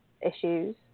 issues